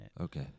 Okay